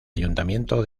ayuntamiento